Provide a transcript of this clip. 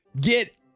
get